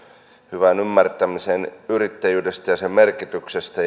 hyvään ymmärtämiseen yrittäjyydestä ja sen merkityksestä